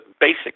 basic